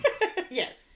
Yes